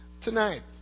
Tonight